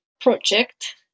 project